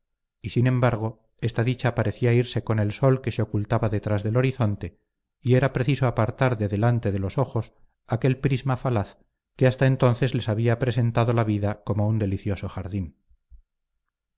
y sin embargo esta dicha parecía irse con el sol que se ocultaba detrás del horizonte y era preciso apartar de delante de los ojos aquel prisma falaz que hasta entonces les había presentado la vida como un delicioso jardín